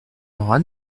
auras